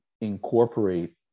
incorporate